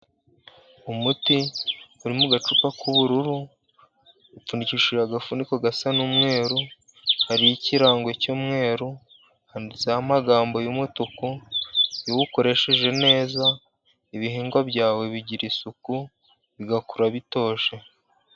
Umuti uri mu gacupa k'ubururu, upfundikishije agafuniko gasa n'umweru, hariho ikirango cy'umweru handitseho amagambo y'umutuku. Iyo uwukoresheje neza, ibihingwa byawe bigira isuku bigakura bitoshye.